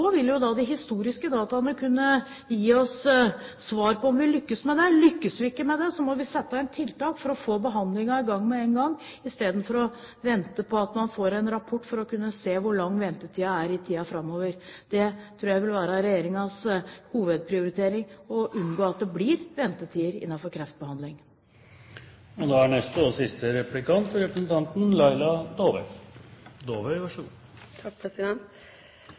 vil jo da de historiske dataene kunne gi oss svar på om vi lykkes med det. Lykkes vi ikke med det, må vi sette inn tiltak for å få behandlingen i gang med en gang, istedenfor å vente på at man får en rapport for å kunne se hvor lang ventetiden er i tiden framover. Jeg tror regjeringens hovedprioritering vil være å unngå at det blir ventetider innenfor kreftbehandling. Statsråden var inne på forebygging og nevnte også da Samhandlingsreformen. Min bekymring før vi får en samhandlingsreform, er at vi nå ser at sykehusene og